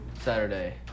Saturday –